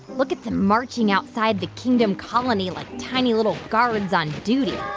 look at them marching outside the kingdom colony like tiny, little guards on duty